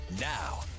now